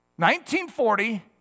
1940